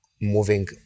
moving